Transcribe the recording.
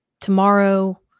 tomorrow